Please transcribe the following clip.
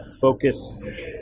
focus